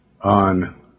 on